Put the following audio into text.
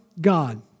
God